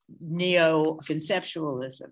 neo-conceptualism